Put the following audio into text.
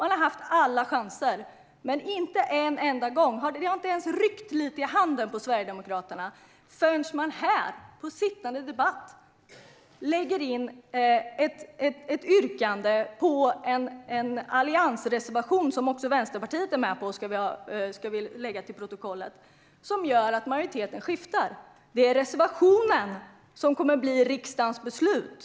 Ni har haft alla chanser, men det har inte ens ryckt lite i handen på Sverigedemokraterna, inte förrän ni här under pågående debatt yrkar bifall till en alliansreservation - som också Vänsterpartiet är med på, vill jag få fört till protokollet - som gör att majoriteten skiftar. Det är reservationen som kommer att bli riksdagens beslut.